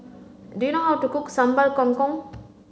do you know how to cook Sambal Kangkong